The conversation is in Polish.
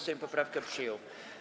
Sejm poprawkę przyjął.